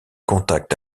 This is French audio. contact